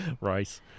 Rice